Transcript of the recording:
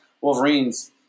wolverines